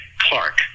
Clark